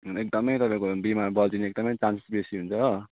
एकदमै तपाईँको बिमार बल्जिने एकदमै चान्स बेसी हुन्छ हो